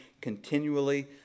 continually